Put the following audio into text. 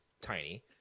tiny